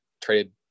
traded